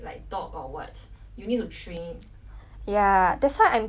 ya that's why I'm thinking like in the future whether I should get a dog or cat